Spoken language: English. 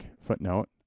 footnote